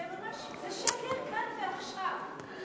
זה שקר כאן ועכשיו.